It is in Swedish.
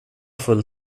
full